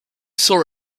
saw